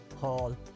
Hall